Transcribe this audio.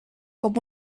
com